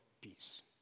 peace